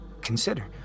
consider